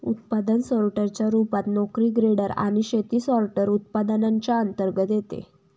उत्पादन सोर्टर च्या रूपात, नोकरी ग्रेडर आणि शेती सॉर्टर, उत्पादनांच्या अंतर्गत येते